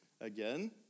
Again